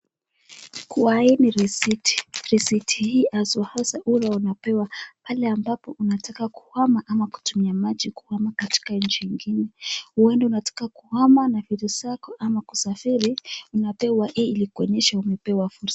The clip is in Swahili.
Kwa hii ni risiti, risiti hii haswa haswa unapewa pale ambapo unataka kuhama ama kutumia maji kuhama katika nchi ingine. Huenda unataka kuhama na vitu vyako ama kusafiri unapewa hii ili kuonyesha umepewa fursa.